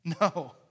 No